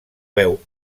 veu